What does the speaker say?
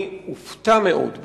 אני אופתע מאוד,